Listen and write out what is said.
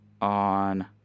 on